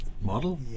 model